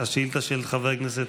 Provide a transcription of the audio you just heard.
השאילתה של חבר הכנסת